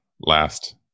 last